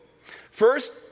First